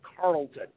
Carlton